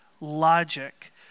logic